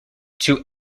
too